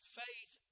faith